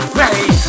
ready